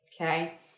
Okay